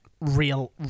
real